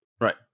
Right